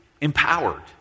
empowered